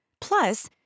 Plus